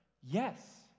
Yes